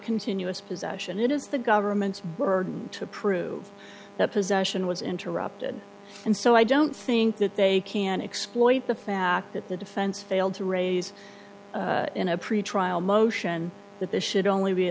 continuous possession it is the government's burden to prove that possession was interrupted and so i don't think that they can exploit the fact that the defense failed to raise in a pretrial motion that this should only be